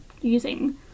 using